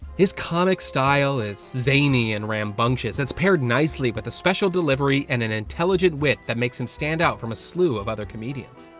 his comic style is zany and rambunctious, its paired nicely with a special delivery and an intelligent wit that makes him stand out from a slew of other comedians.